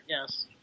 yes